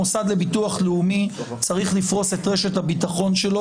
המוסד לביטוח לאומי צריך לפרוס את רשת הביטחון שלו